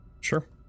Sure